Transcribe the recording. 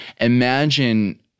Imagine